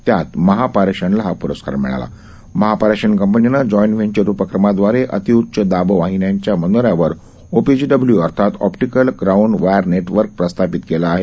त्यात महापारेषणला हा प्रस्कार मिळाला महापारेषण कंपनीनं जाईंट व्हेंचर उपक्रमादवारे अतिउच्च दाब वाहिन्यांच्या मनोऱ्यावर ओपीजीडब्ल्यू अर्थात ऑप्टिकल ग्राउंड वायर नेटवर्क प्रस्थापित केलं आहे